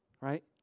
Right